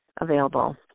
available